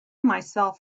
myself